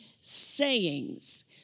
sayings